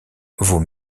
vaut